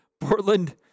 Portland